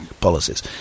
policies